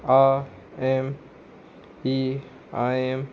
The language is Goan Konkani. ah M E I M